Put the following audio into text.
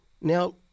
Now